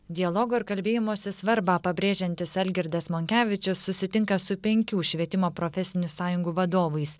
dialogo ir kalbėjimosi svarbą pabrėžiantis algirdas monkevičius susitinka su penkių švietimo profesinių sąjungų vadovais